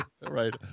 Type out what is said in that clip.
Right